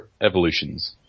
Evolutions